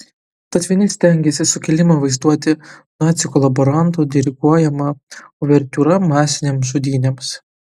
tad vieni stengiasi sukilimą vaizduoti nacių kolaborantų diriguojama uvertiūra masinėms žudynėms